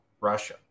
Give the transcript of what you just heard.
Russia